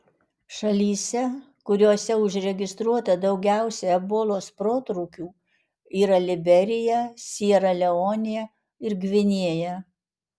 šalyse kuriose užregistruota daugiausiai ebolos protrūkių yra liberija siera leonė ir gvinėja